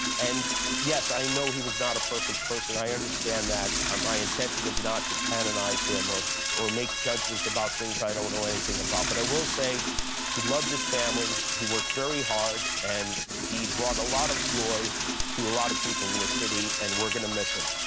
and yes, i know he was not a perfect person. i understand that. ah my intention is not to canonize him or or make judgments about things i don't know anything about. but i will say he loved his family, he worked very hard, and he brought a lot of joy to a lot of people in this city and we're going to miss him.